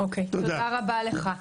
תודה רבה לך.